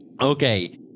Okay